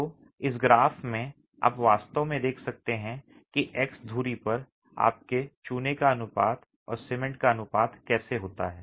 तो इस ग्राफ में आप वास्तव में देख सकते हैं कि एक्स धुरी पर आपके चूने का अनुपात और सीमेंट का अनुपात कैसे होता है